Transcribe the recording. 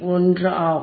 1 ஆகும்